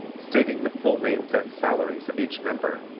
stating the full names and salaries of each member,